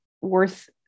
worth